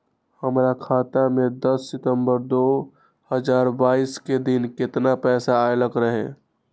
हमरा खाता में दस सितंबर दो हजार बाईस के दिन केतना पैसा अयलक रहे?